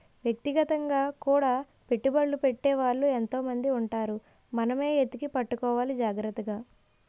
వ్యక్తిగతంగా కూడా పెట్టుబడ్లు పెట్టే వాళ్ళు ఎంతో మంది ఉంటారు మనమే ఎతికి పట్టుకోవాలి జాగ్రత్తగా